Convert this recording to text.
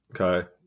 Okay